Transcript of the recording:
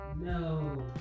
No